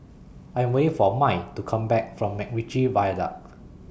I Am waiting For Mai to Come Back from Macritchie Viaduct